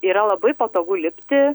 yra labai patogu lipti